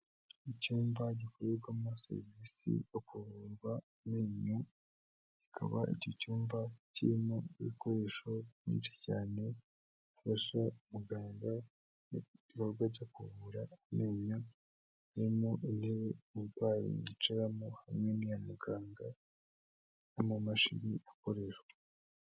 Icyumba gikorerwamo serivisi zo kuvurwa amenyo, hakaba icyo cyumba kirimo ibikoresho byinshi cyane bifasha muganga mugikorwa cyo kuvura amenyo birimo intebe abarwayi bicaramo harimo niya muganga no mashini akoresha.